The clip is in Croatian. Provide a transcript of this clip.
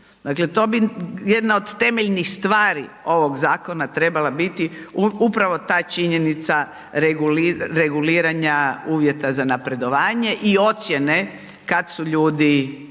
dakle to bi jedna od temeljnih stvari ovog zakona trebala biti upravo ta činjenica reguliranja uvjeta za napredovanje i ocjene kad su ljudi